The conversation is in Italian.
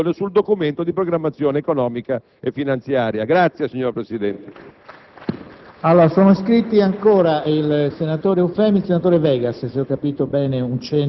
nel Documento di programmazione economico-finanziaria. Trovo assurdo che adesso il Senato frettolosamente su un ordine del giorno di tipo chiaramente strumentale